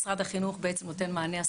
משרד החינוך בעצם נותן מענה,